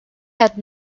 had